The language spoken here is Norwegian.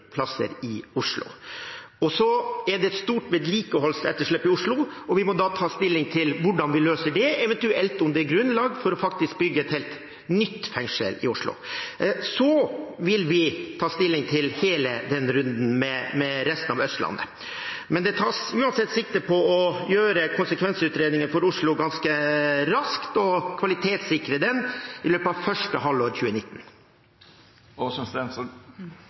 er et stort vedlikeholdsetterslep i Oslo. Vi må da ta stilling til hvordan vi løser det, eventuelt om det er grunnlag for å bygge et helt nytt fengsel i Oslo. Så vil vi ta stilling til hele runden for resten av Østlandet. Det tas uansett sikte på å gjøre konsekvensutredningen for Oslo ganske raskt og kvalitetssikre den i løpet av første halvår 2019.